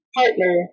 partner